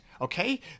Okay